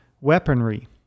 weaponry